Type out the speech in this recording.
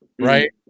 right